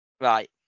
Right